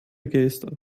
geste